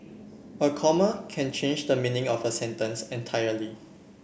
a comma can change the meaning of a sentence entirely